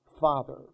father